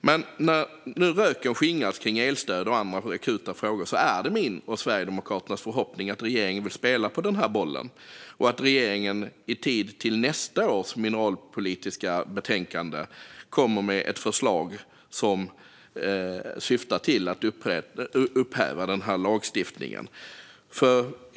Men när nu röken skingrats kring elstöd och andra akuta frågor är det min och Sverigedemokraternas förhoppning att regeringen vill spela på denna boll och att regeringen i tid till nästa års mineralpolitiska betänkande kommer med ett förslag som syftar till att upphäva denna lagstiftning.